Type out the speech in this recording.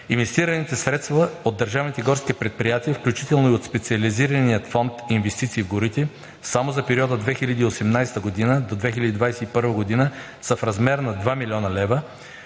Инвестираните средства от държавните горски предприятия, включително и от специализирания фонд „Инвестиции в горите“ само за периода 2018 г. до 2021 г. са в размер на 2 млн. лв.,